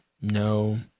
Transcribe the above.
No